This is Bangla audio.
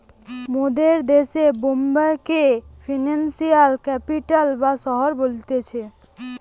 মোদের দেশে বোম্বে কে ফিনান্সিয়াল ক্যাপিটাল বা শহর বলতিছে